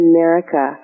America